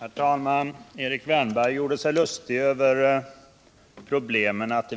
Herr talman! Erik Wärnberg gjorde sig lustig över problemen att